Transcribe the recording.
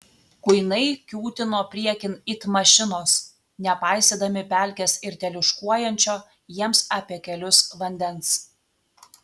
kuinai kiūtino priekin it mašinos nepaisydami pelkės ir teliūškuojančio jiems apie kelius vandens